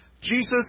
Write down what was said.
Jesus